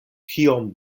kiom